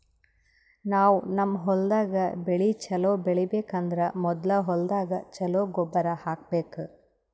ನಾವ್ ನಮ್ ಹೊಲ್ದಾಗ್ ಬೆಳಿ ಛಲೋ ಬೆಳಿಬೇಕ್ ಅಂದ್ರ ಮೊದ್ಲ ಹೊಲ್ದಾಗ ಛಲೋ ಗೊಬ್ಬರ್ ಹಾಕ್ಬೇಕ್